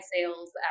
sales